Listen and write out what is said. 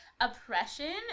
oppression